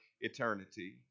eternity